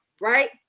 right